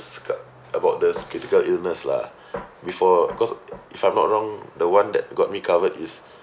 co~ about this critical illness lah before cause if I'm not wrong the one that got me covered is